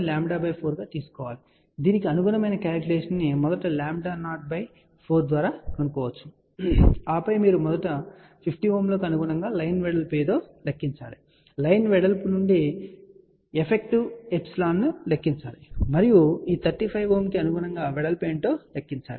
కాబట్టి దీనికి అనుగుణమైన క్యాలిక్యులేషన్ ను మొదటి లాంబ్డా నాట్ బై 4 ద్వారా కనుగొనవచ్చు ఆపై మీరు మొదట 50ohm లకు అనుగుణంగా లైన్ వెడల్పు ఏది అని లెక్కించాలి లైన్ వెడల్పు నుండి ε ఎఫెక్టివ్ ను లెక్కించండి మరియు ఈ 35ohm కు అనుగుణంగా వెడల్పు ఏమిటో లెక్కించండి